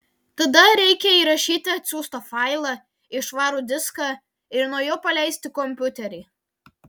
tada reikia įrašyti atsiųstą failą į švarų diską ir nuo jo paleisti kompiuterį